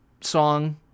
song